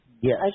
Yes